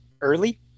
early